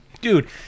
dude